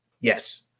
Yes